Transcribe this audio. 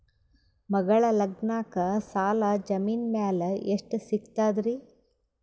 ಮಗಳ ಲಗ್ನಕ್ಕ ಸಾಲ ಜಮೀನ ಮ್ಯಾಲ ಎಷ್ಟ ಸಿಗ್ತದ್ರಿ?